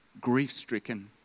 grief-stricken